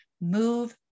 move